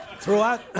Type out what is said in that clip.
Throughout